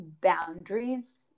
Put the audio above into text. boundaries